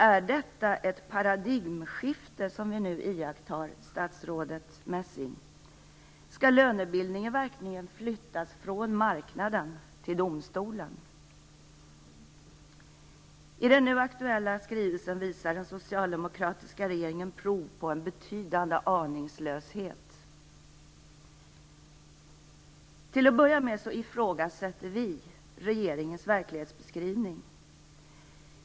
Är det ett paradigmskifte som vi nu iakttar, statsrådet Messing? Skall lönebildningen verkligen flyttas från marknaden till domstolen? I den nu aktuella skrivelsen visar den socialdemokratiska regeringen prov på en betydande aningslöshet. Till att börja med ifrågasätter vi moderater regeringens verklighetsbeskrivning.